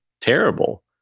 terrible